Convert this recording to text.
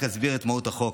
אני רק אסביר את מהות החוק.